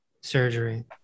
surgery